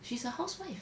she's a housewife